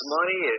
money